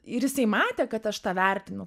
ir jisai matė kad aš tą vertinu